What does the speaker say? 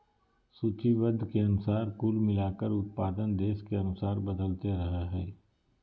सूचीबद्ध के अनुसार कुल मिलाकर उत्पादन देश के अनुसार बदलते रहइ हइ